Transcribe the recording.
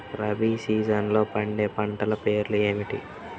రబీ సీజన్లో పండే పంటల పేర్లు ఏమిటి?